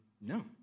No